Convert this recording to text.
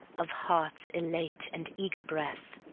of hearts elate and eager breath,